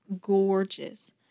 Gorgeous